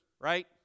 right